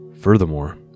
Furthermore